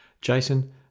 Jason